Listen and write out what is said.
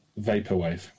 Vaporwave